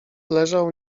leżał